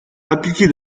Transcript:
appliqués